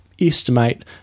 estimate